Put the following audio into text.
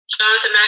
Jonathan